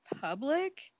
public